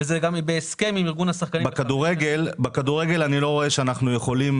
זה גם בהסכם עם ארגון השחקנים --- בכדורגל אני לא רואה שאנחנו יכולים